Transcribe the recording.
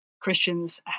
Christians